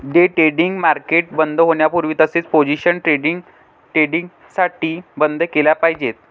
day trading market बंद होण्यापूर्वी सर्व पोझिशन्स ट्रेडिंग डेसाठी बंद केल्या पाहिजेत